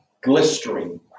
glistering